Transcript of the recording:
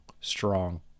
strong